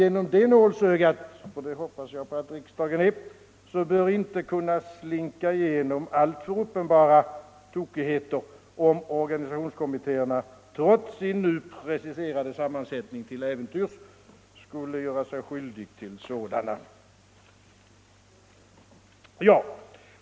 Genom det nålsögat — det hoppas jag att riksdagen är — bör inte kunna slinka alltför uppenbara tokigheter om organisationskommittéerna, trots sin nu preciserade sammansättning, till äventyrs skulle göra sig skyldiga till sådana.